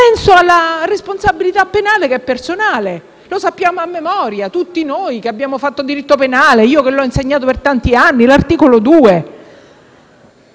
Penso alla responsabilità penale, che è personale. Lo sappiamo a memoria, tutti noi che abbiamo studiato diritto penale e io che l'ho insegnato per tanti anni. Parlo